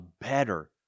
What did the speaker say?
better